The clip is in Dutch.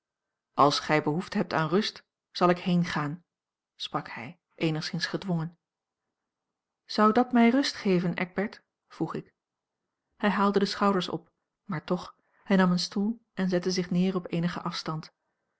als gij behoefte hebt aan rust zal ik heengaan sprak hij eenigszins gedwongen zou dat mij rust geven eckbert vroeg ik a l g bosboom-toussaint langs een omweg hij haalde de schouders op maar toch hij nam een stoel en zette zich neer op eenigen afstand